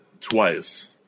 twice